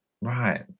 right